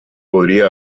podría